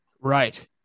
Right